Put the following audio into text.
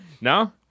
No